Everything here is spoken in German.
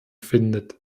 findet